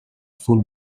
full